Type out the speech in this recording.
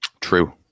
true